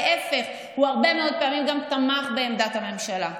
להפך, הרבה מאוד פעמים הוא גם תמך בעמדת הממשלה.